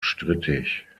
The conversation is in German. strittig